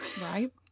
Right